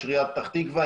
ראש עיריית פתח תקווה.